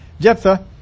Jephthah